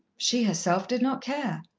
she herself did not care.